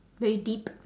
very deep